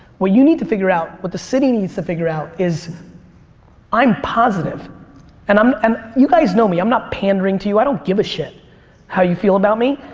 what you need to figure out, what the city needs to figure out is i'm positive and um you guys know me i'm not pandering to you i don't give a shit how you feel about me,